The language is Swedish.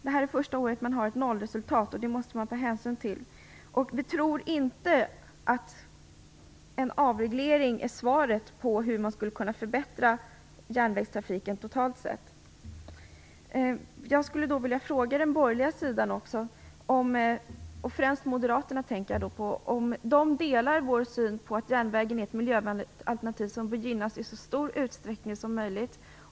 Detta är första året som man har ett nollresultat, och det måste man ta hänsyn till. Vi tror inte att en avreglering är svaret på frågan hur man skulle kunna förbättra trafiken totalt sett. Jag vill därmed fråga den borgerliga sidan - jag tänker då främst på moderaterna - om man delar vår syn att järnvägen är ett miljövänligt alternativ som bör gynnas i så stor utsträckning som möjligt.